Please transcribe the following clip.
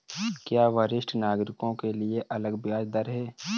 क्या वरिष्ठ नागरिकों के लिए अलग ब्याज दर है?